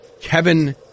Kevin